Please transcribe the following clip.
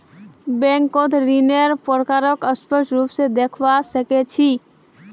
बैंकत ऋन्नेर प्रकारक स्पष्ट रूप से देखवा सके छी